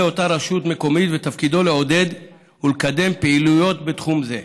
אותה רשות מקומית ותפקידו לעודד ולקדם פעילויות בתחום זה,